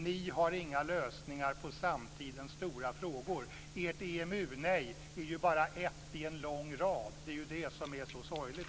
Ni har inga lösningar på samtidens stora frågor. Ert EMU nej är bara ett i en lång rad. Det är det som är så sorgligt.